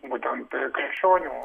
būtent tai ir krikščionių